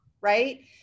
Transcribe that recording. right